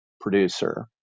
producer